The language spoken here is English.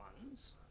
ones